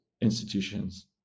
institutions